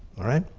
all right?